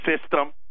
system